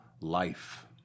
life